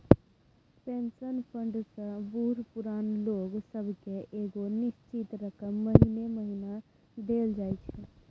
pension fund सँ बूढ़ पुरान लोक सब केँ एगो निश्चित रकम महीने महीना देल जाइ छै